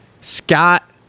Scott